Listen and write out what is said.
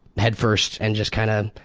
head first and just kinda